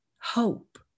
hope